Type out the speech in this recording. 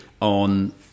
on